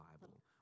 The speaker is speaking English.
Bible